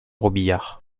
robiliard